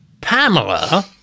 Pamela